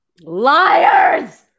liars